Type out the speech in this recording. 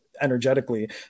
energetically